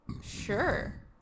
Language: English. sure